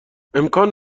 امکان